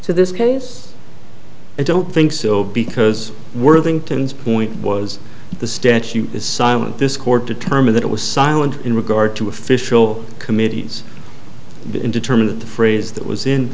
to this case i don't think so because worthington's point was the statute is silent this court determine that it was silent in regard to official committees in determining the phrase that was in